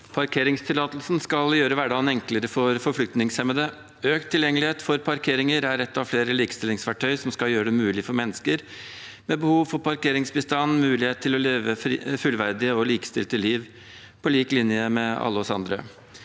Parkeringstillatelsen skal gjøre hverdagen enklere for forflytningshemmede. Økt tilgjengelighet for parkering er et av flere likestillingsverktøy som skal gjøre det mulig for mennesker med behov for parkeringsbistand å leve et fullverdig og likestilt liv, på lik linje med alle oss andre.